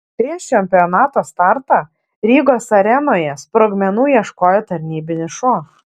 prieš čempionato startą rygos arenoje sprogmenų ieškojo tarnybinis šuo